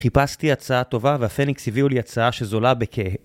חיפשתי הצעה טובה והפניקס הביאו לי הצעה שזולה בכ-